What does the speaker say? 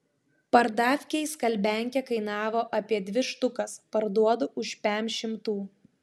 pardavkėj skalbiankė kainavo apie dvi štukas parduodu už pem šimtų